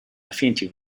affinity